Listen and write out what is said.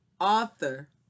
author